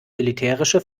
militärische